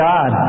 God